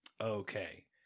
Okay